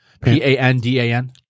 P-A-N-D-A-N